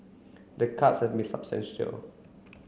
the cuts have been substantial